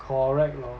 correct lor